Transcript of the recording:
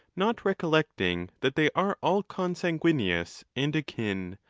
not recollecting that they are all consanguineous and akin,